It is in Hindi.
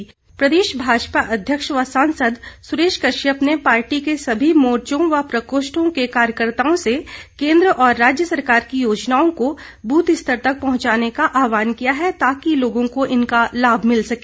भाजपा बैठक प्रदेश भाजपा अध्यक्ष व सांसद सुरेश कश्यप ने पार्टी के सभी मोर्चों व प्रकोष्ठों के कार्यकर्ताओं से केन्द्र और राज्य सरकार की योजनाओं को बूथ स्तर तक पहुंचाने का आहवान किया है ताकि लोगों को इनका लाभ मिल सके